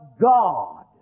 God